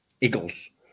Eagles